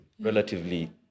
relatively